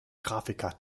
grafiker